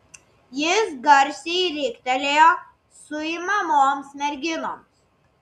jis garsiai riktelėjo suimamoms merginoms